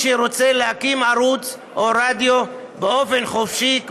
שרוצה להקים ערוץ או רדיו באופן חופשי,